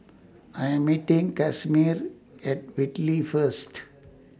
I Am meeting Casimir At Whitley First